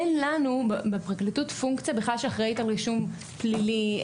אין לנו בפרקליטות פונקציה שאחראית על רישום פלילי.